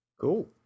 Cool